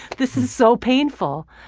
this is so painful.